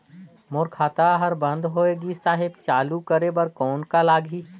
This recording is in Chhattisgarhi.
मोर खाता हर बंद होय गिस साहेब चालू करे बार कौन का लगही?